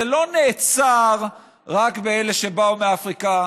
זה לא נעצר רק באלה שבאו מאפריקה.